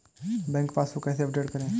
Bank passbook कैसे update करें?